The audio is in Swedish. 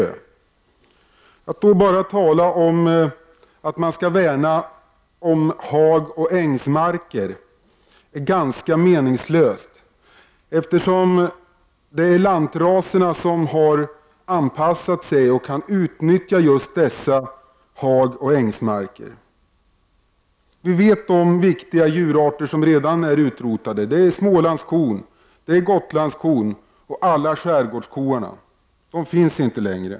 Att i detta sammanhang bara tala om att man skall värna om hagoch ängsmarker är ganska meningslöst, eftersom det är lantraserna som har anpassat sig till att utnyttja just dessa hagoch ängsmarker. Vi känner till viktiga djurarter som redan är utrotade. Det är Smålandskon, Gotlandskon och alla skärgårdskorna. De finns inte längre.